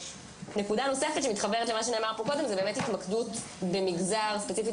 נקודה נוספת שמתחברת למה שנאמר פה קודם היא באמת התמקדות במגזר ספציפי,